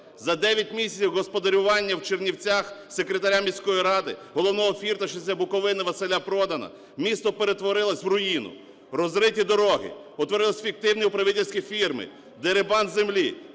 За 9 місяців господарювання в Чернівцях секретаря міської ради, головного "фірташевця" Буковини Василя Продана місто перетворилось в руїну: розриті дороги, утворились фіктивні управительські фірми, дерибан землі,